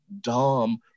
dumb